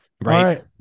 right